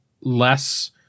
less